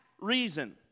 reason